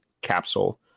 capsule